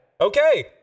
Okay